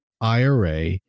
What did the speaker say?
IRA